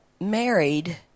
married